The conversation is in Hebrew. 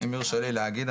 אם יורשה לי להגיד,